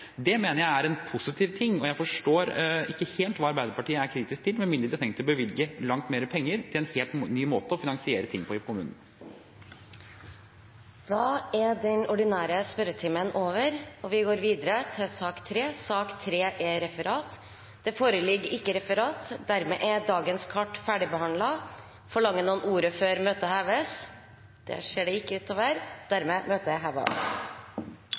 Det mener jeg er en positiv ting, og jeg forstår ikke helt hva Arbeiderpartiet er kritisk til, med mindre de har tenkt å bevilge langt mer penger til en helt ny måte å finansiere ting på i kommunen. Den ordinære spørretimen er dermed omme. Det foreligger ikke noe referat. Dermed er dagens kart ferdigbehandlet. Forlanger noen ordet før møtet heves? – Møtet er